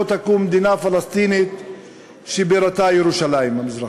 תקום מדינה פלסטינית שבירתה ירושלים המזרחית,